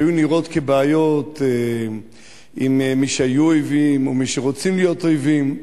שהיו נראות כבעיות עם מי שהיו אויבים או מי שרוצים להיות אויבים,